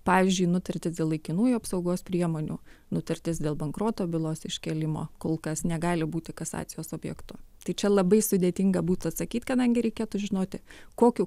pavyzdžiui nutartys dėl laikinųjų apsaugos priemonių nutartys dėl bankroto bylos iškėlimo kol kas negali būti kasacijos objektu tai čia labai sudėtinga būtų atsakyt kadangi reikėtų žinoti kokiu